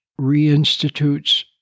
reinstitutes